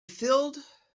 filled